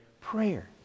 prayer